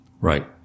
Right